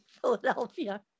Philadelphia